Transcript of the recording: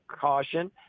caution